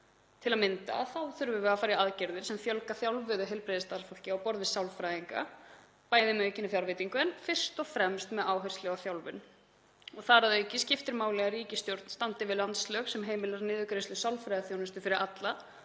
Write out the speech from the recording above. Til að mynda þurfum við að fara í aðgerðir sem fjölga þjálfuðu heilbrigðisstarfsfólki á borð við sálfræðinga, bæði með aukinni fjárveitingu en fyrst og fremst með áherslu á þjálfun. Þar að auki skiptir máli að ríkisstjórn standi við landslög sem heimila niðurgreiðslu sálfræðiþjónustu fyrir alla